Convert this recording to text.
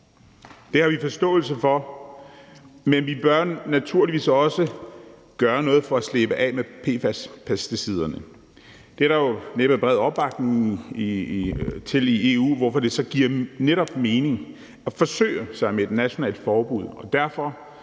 Det har vi forståelse for, men vi bør naturligvis også gøre noget for at slippe af med PFAS-pesticiderne. Det er der jo næppe bred opbakning til i EU, hvorfor det så netop giver mening at forsøge sig med et nationalt forbud,